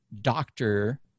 doctor